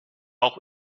auch